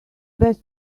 best